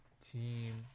team